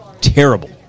terrible